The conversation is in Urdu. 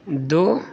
دو